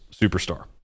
superstar